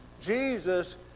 Jesus